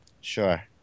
Sure